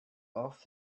off